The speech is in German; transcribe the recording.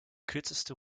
kürzeste